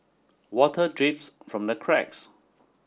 water drips from the cracks